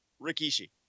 Rikishi